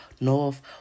north